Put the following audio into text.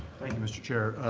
thank you, mr. chair.